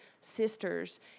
sisters